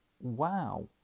wow